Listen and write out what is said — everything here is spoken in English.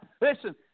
Listen